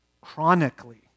chronically